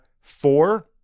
four